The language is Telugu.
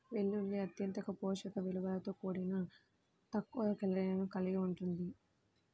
వెల్లుల్లి అత్యంత పోషక విలువలతో కూడి తక్కువ కేలరీలను కలిగి ఉంటుంది